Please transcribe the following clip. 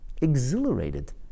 exhilarated